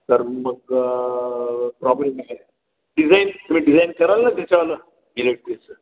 तर मग प्रॉब्लेम नाही डिझाईन तुम्ही डिझाईन कराल ना त्याच्यावाला इलेक्ट्रिकचं